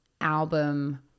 album